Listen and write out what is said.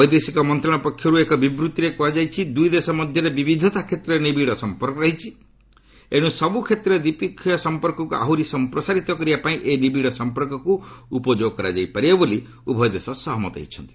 ବୈଦେଶିକ ମନ୍ତ୍ରଣାଳୟ ପକ୍ଷରୁ ଏକ ବିବୃତ୍ତିରେ କୁହାଯାଇଛି ଦୁଇ ଦେଶ ମଧ୍ୟରେ ବିବିଧତା କ୍ଷେତ୍ରରେ ନିବିଡ଼ ସମ୍ପର୍କ ରହିଛି ଏଣୁ ସବୁ କ୍ଷେତ୍ରରେ ଦ୍ୱିପକ୍ଷିୟ ସମ୍ପର୍କକୁ ଆହୁରି ସଂପ୍ରସାରିତ କରିବା ପାଇଁ ଏହି ନିବିଡ଼ ସମ୍ପର୍କକୁ ଉପଯୋଗ କରାଯାଇ ପାରିବ ବୋଲି ଉଭୟ ଦେଶ ସହମତ ହୋଇଛନ୍ତି